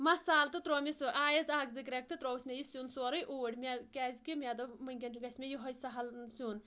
مصالہٕ تہٕ تُروو مےٚ سُہ آیَس اَکھ زٕ گرٛؠک تہٕ ترووُس مےٚ یہِ سیُن سورُے اوٗرۍ مےٚ کیٛازِکہِ مےٚ دوٚپ وٕنکؠن چھُ گژھِ مےٚ یِہوے سَہَل سیُن